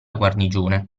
guarnigione